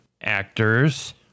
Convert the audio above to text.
actors